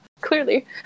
Clearly